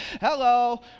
Hello